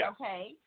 Okay